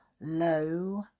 Low